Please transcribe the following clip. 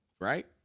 Right